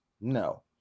No